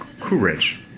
courage